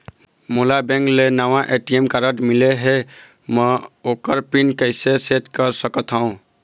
मोला बैंक से नावा ए.टी.एम कारड मिले हे, म ओकर पिन कैसे सेट कर सकत हव?